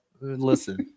listen